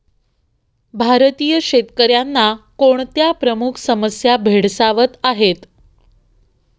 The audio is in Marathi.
भारतीय शेतकऱ्यांना कोणत्या प्रमुख समस्या भेडसावत आहेत?